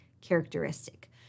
characteristic